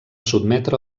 sotmetre